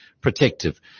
protective